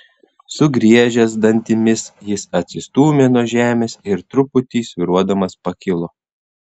sugriežęs dantimis jis atsistūmė nuo žemės ir truputį svyruodamas pakilo